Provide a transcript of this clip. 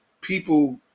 people